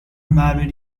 married